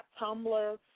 Tumblr